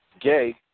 gay